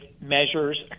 measures